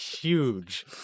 Huge